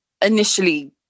initially